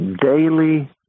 daily